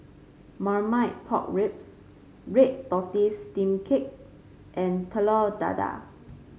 Marmite Pork Ribs Red Tortoise Steamed Cake and Telur Dadah